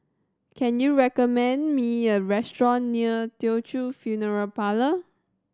can you recommend me a restaurant near Teochew Funeral Parlour